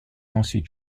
ensuite